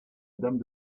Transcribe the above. dame